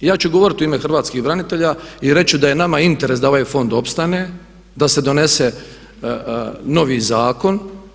Ja ću govoriti u ime Hrvatskih branitelja i reći ću da je nama interes da ovaj fond opstane, da se donese novi zakon.